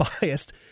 biased